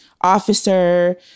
officer